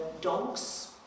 dogs